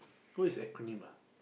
what is acronym ah